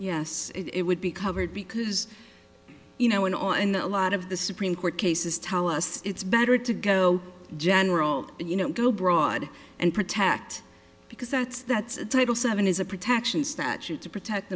yes it would be covered because you know in all and a lot of the supreme court cases tell us it's better to go general you know go abroad and protect because that's that's a title seven is a protection statute to protect